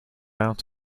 out